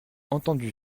entendu